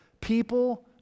people